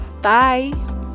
Bye